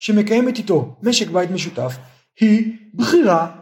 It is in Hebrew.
שמקיימת איתו משק בית משותף היא בחירה